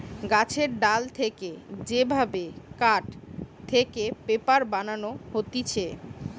গাছের ডাল থেকে যে ভাবে কাঠ থেকে পেপার বানানো হতিছে